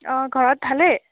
অঁ ঘৰত ভালেই